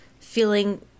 feeling